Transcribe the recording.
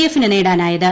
എഫിന് നേടാനായത്